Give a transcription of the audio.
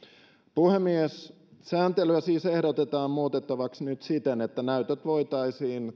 puhemies sääntelyä siis ehdotetaan muutettavaksi nyt siten että näytöt voitaisiin